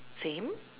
same